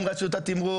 הם רשות התמרור,